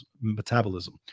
Metabolism